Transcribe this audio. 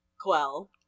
Quell